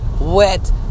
wet